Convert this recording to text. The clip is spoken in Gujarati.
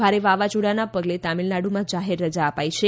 ભારે વાવાઝોડાના પગલે તામીલનાડુમાં જાહેર રજા અપાઇ છે